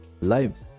lives